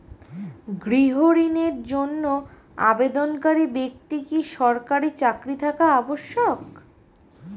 গৃহ ঋণের জন্য আবেদনকারী ব্যক্তি কি সরকারি চাকরি থাকা আবশ্যক?